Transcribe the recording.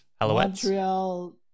Montreal